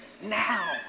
now